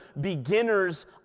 beginners